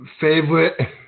favorite